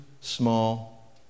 small